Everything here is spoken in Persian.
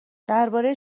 درباره